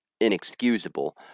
inexcusable